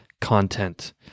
Content